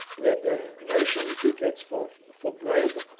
we had the ration ticket for for bread.